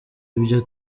ibyo